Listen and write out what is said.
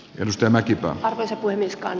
ylistönmäki asettui niskaan